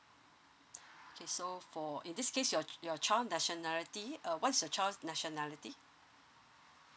okay so for in this case your your child nationality uh what is your child's nationality